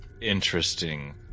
interesting